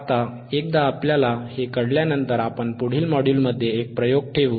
आता एकदा आपल्याला हे कळल्यानंतर आपण पुढील मॉड्यूलमध्ये एक प्रयोग ठेवू